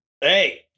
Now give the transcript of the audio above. Hey